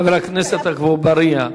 חבר הכנסת עפו אגבאריה,